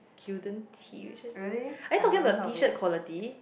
Gildan tee it's just I'm talking about T shirt quality